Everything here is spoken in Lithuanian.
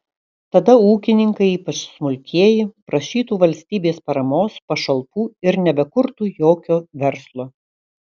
tada ūkininkai ypač smulkieji prašytų valstybės paramos pašalpų ir nebekurtų jokio verslo